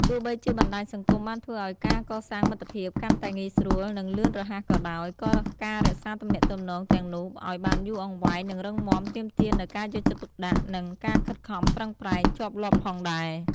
ទោះបីជាបណ្ដាញសង្គមបានធ្វើឲ្យការកសាងមិត្តភាពកាន់តែងាយស្រួល និងលឿនរហ័សក៏ដោយ ក៏ការរក្សាទំនាក់ទំនងទាំងនោះឱ្យបានយូរអង្វែង និងរឹងមាំទាមទារនូវ ការយកចិត្តទុកដាក់ និង ការខិតខំប្រឹងប្រែង ជាប់លាប់ផងដែរ។